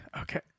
Okay